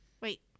wait